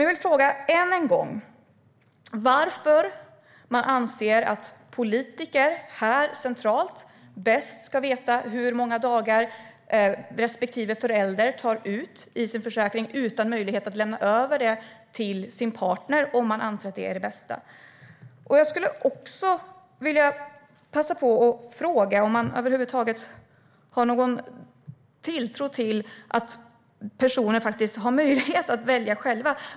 Jag vill än en gång fråga varför man anser att politiker centralt bäst ska veta hur många dagar respektive förälder kan ta ut i sin försäkring utan möjlighet att lämna över till partnern om de anser det vara bäst. Jag skulle också vilja passa på att fråga om Fredrik Malm över huvud taget har någon tilltro till att personer ska ha möjlighet att välja själva.